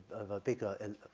of a bigger, and